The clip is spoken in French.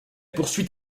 poursuit